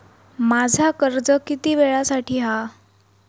माझा कर्ज किती वेळासाठी हा?